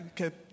Okay